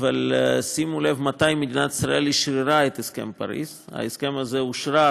אבל שימו לב מתי מדינת ישראל אשררה את הסכם פריז: ההסכם הזה אושרר